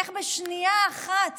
איך בשנייה אחת